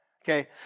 Okay